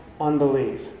Unbelief